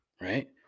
right